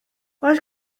oes